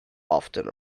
often